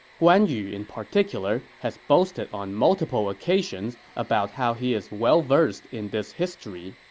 guan yu, in particular, has boasted on multiple occasions about how he is well-versed in this history.